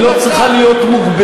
היא לא צריכה להיות מוגבלת.